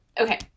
Okay